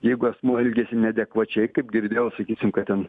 jeigu asmuo elgiasi neadekvačiai kaip girdėjau sakysim kad ten